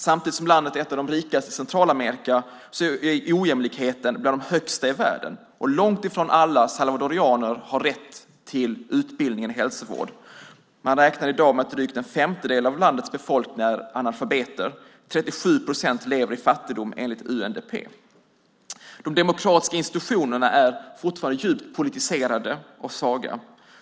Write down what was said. Samtidigt som landet är ett av de rikaste i Centralamerika är ojämlikheten bland de största i världen. Långt ifrån alla salvadoraner har rätt till utbildning och hälsovård. Man räknar i dag med att drygt en femtedel av landets befolkning är analfabeter. 37 procent lever i fattigdom, enligt UNDP. De demokratiska institutionerna är fortfarande djupt politiserade och svaga.